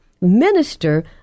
Minister